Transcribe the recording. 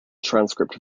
transcript